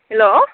hello